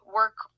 work